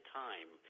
time